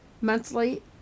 monthly